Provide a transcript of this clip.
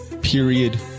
period